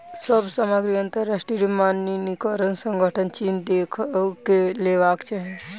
सभ सामग्री अंतरराष्ट्रीय मानकीकरण संगठनक चिन्ह देख के लेवाक चाही